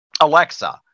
Alexa